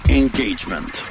engagement